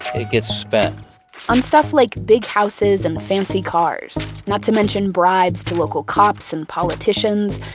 it gets spent on stuff like big houses and fancy cars, not to mention bribes to local cops and politicians,